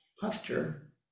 posture